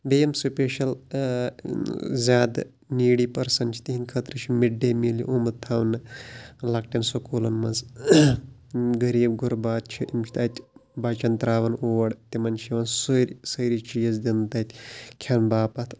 بیٚیہِ یِم سُپیٚشَل زیادٕ نیٖڈی پٔرسَن چھِ تِہنٛدِ خٲطرٕ چھِ مِڈ ڈیٚے میٖل آمُت تھاونہٕ لۅکٹیَن سکوٗلَن منٛز غریٖب غُربات چھِ یِم چھِ تَتہِ بَچَن تَرٛاوان اوٚڈ تِمَن چھِ یِوان سٲر سٲری چیٖز دِنہِ تَتہِ کھیٚنہٕ باپَتھ